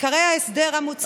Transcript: עיקרי ההסדר המוצע בהצעת החוק,